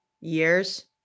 years